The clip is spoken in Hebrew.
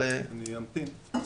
אני אמתין.